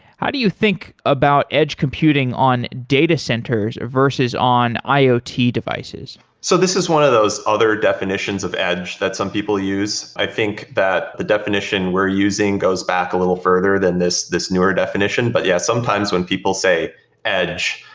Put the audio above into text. how do you think about edge computing on data centers versus on iot ah devices? so this is one of those other definitions of edge that some people use. i think that the definition we're using goes back a little further than this this newer definition. but yes, sometimes when people say edge,